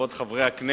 כבוד חברי הכנסת,